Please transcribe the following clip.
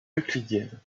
euclidienne